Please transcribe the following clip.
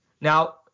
now